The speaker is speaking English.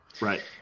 Right